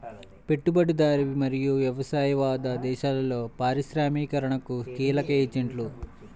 పెట్టుబడిదారీ మరియు సామ్యవాద దేశాలలో పారిశ్రామికీకరణకు కీలక ఏజెంట్లు